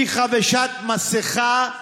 אי-חבישת מסכה,